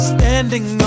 Standing